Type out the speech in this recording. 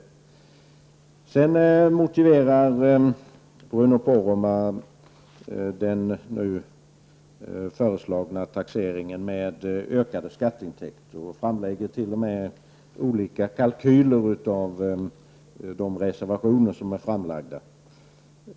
Bruno Poromaa motiverade den nu föreslagna taxeringen med att den leder till ökade skatteintäkter, och han framlägger t.o.m. olika kalkyler för de reservationer som avgivits.